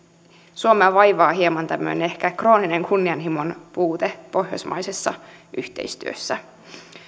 suomea vaivaa tämmöinen hieman krooninen kunnianhimon puute pohjoismaisessa yhteistyössä